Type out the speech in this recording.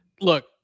look